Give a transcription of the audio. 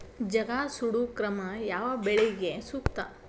ಜಗಾ ಸುಡು ಕ್ರಮ ಯಾವ ಬೆಳಿಗೆ ಸೂಕ್ತ?